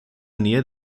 nähe